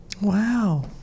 Wow